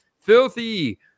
Filthy